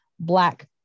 black